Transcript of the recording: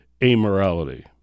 amorality